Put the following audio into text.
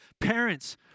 Parents